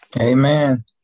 Amen